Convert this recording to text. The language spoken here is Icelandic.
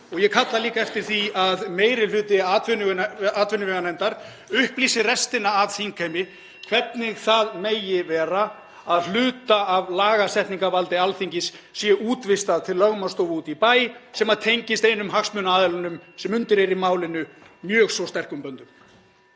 og ég kalla líka eftir því að meiri hluti atvinnuveganefndar upplýsi restina af þingheimi (Forseti hringir.) hvernig það megi vera að hluta af lagasetningarvaldi Alþingis sé útvistað til lögmannsstofu úti í bæ sem tengist einum hagsmunaaðilanum sem undir er í málinu mjög svo sterkum böndum.